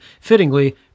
fittingly